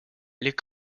les